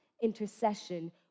intercession